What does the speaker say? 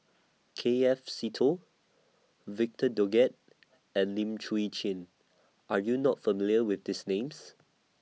K F Seetoh Victor Doggett and Lim Chwee Chian Are YOU not familiar with These Names